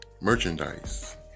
merchandise